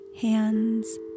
hands